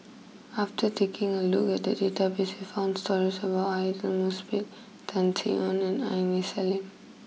after taking a look at the database we found stories about Aidli Mosbit Tan Sin Aun and Aini Salim